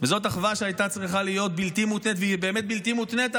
אולי יבחרו בכם, מיקי.